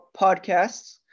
podcasts